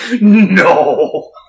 No